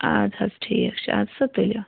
آدٕ حظ ٹھیٖک چھُ اَدٕ سا تُلِو